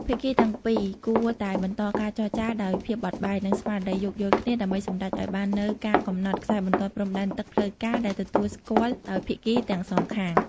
ភាគីទាំងពីរគួរតែបន្តការចរចាដោយភាពបត់បែន និងស្មារតីយោគយល់គ្នា ដើម្បីសម្រេចឱ្យបាននូវការកំណត់ខ្សែបន្ទាត់ព្រំដែនទឹកផ្លូវការដែលទទួលស្គាល់ដោយភាគីទាំងសងខាង។